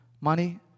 money